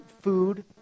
food